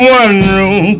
one-room